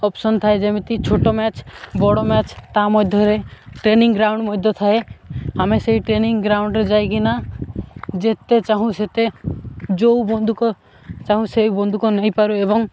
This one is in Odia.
ଅପସନ୍ ଥାଏ ଯେମିତି ଛୋଟ ମ୍ୟାଚ୍ ବଡ଼ ମ୍ୟାଚ୍ ତା ମଧ୍ୟରେ ଟ୍ରେନିଂ ଗ୍ରାଉଣ୍ଡ ମଧ୍ୟ ଥାଏ ଆମେ ସେଇ ଟ୍ରେନିଂ ଗ୍ରାଉଣ୍ଡରେ ଯାଇକିନା ଯେତେ ଚାହୁଁ ସେତେ ଯେଉଁ ବନ୍ଧୁକ ଚାହୁଁ ସେଇ ବନ୍ଧୁକ ନେଇପାରୁ ଏବଂ